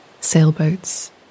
sailboats